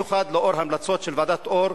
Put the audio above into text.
במיוחד לאור ההמלצות של ועדת-אור,